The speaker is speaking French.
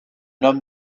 homme